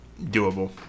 doable